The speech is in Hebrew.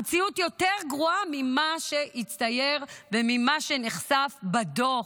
המציאות יותר גרועה ממה שהצטייר וממה שנחשף בדוח.